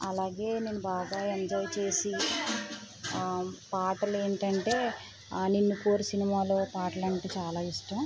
అలాగే నేను బాగా ఎంజాయ్ చేసి ఆ పాటలు ఏంటంటే నిన్ను కోరీ సినిమాలో పాటలు అంటే చాలా ఇష్టం